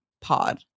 pod